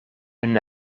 hun